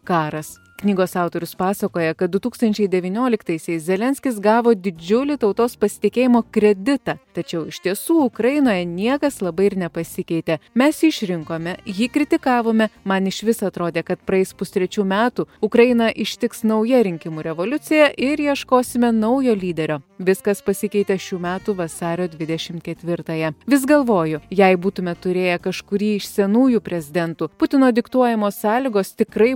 karas knygos autorius pasakoja kad du tūkstančiai devynioliktaisiais zelenskis gavo didžiulį tautos pasitikėjimo kreditą tačiau iš tiesų ukrainoje niekas labai ir nepasikeitė mes jį išrinkome jį kritikavome man išvis atrodė kad praeis pustrečių metų ukrainą ištiks nauja rinkimų revoliucija ir ieškosime naujo lyderio viskas pasikeitė šių metų vasario dvidešim ketvirtąją vis galvoju jei būtume turėję kažkurį iš senųjų prezidentų putino diktuojamos sąlygos tikrai